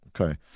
Okay